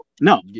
No